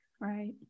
Right